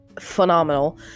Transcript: phenomenal